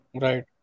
Right